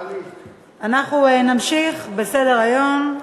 אנחנו נמשיך בסדר-היום.